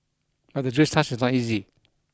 but the jury's task is not easy